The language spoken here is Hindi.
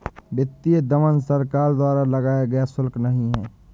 वित्तीय दमन सरकार द्वारा लगाया गया शुल्क नहीं है